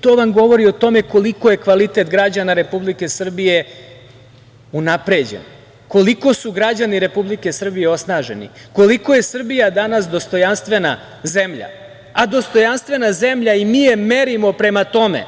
To vam govori o tome koliko je kvalitet građana Republike Srbije unapređen, koliko su građani Republike Srbije osnaženi, koliko je Srbija danas dostojanstvena zemlja, a dostojanstvena zemlja i mi je merimo prema tome